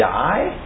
die